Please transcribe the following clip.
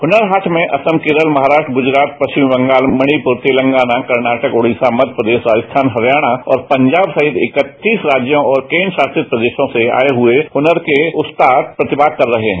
हुनर हाट में असम केरल महाराष्ट्र गुजरात पश्विम बंगाल मणिपुर तेलगाना कर्नाटक उड़ीसा मव्य प्रदेश राजस्थान हरियाणा और पंजाब सहित अ राज्यों और केंद्र शासित प्रदेशों से आए हुए हनर के उस्ताद प्रतिभाग कर रहे हैं